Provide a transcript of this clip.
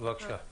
בבקשה.